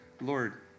Lord